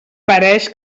pareix